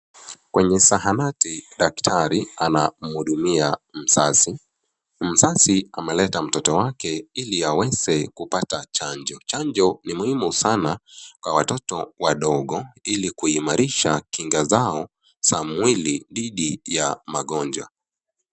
Kwenye zahanati daktari anamhudumia mzazi, mzazi amemlete mtoto wake ili aweze kupata chanjo. Chanjo ni muhimi sana kwa watoto wadogo ili kuimarisha kinga zao za mwili dhidi ya magonjwa